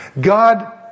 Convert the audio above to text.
God